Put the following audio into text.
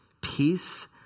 Peace